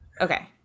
Okay